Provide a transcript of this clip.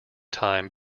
time